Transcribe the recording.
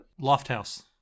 Lofthouse